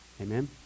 Amen